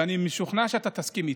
ואני משוכנע שאתה תסכים איתי.